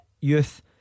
Youth